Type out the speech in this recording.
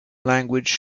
language